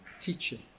teaching